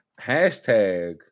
Hashtag